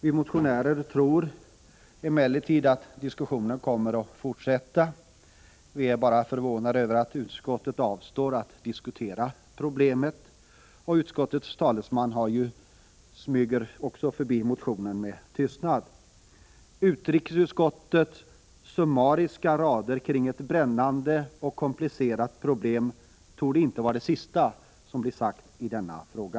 Vi motionärer tror emellertid att diskussionen kommer att fortsätta. Vi är bara förvånade över att utskottet avstår från att diskutera problemet, och utskottets talesman har smugit förbi motionen med tystnad. Utrikesutskottets summariska rader kring ett brän nande och komplicerat problem torde inte vara det sista som blir sagt i denna fråga.